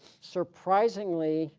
surprisingly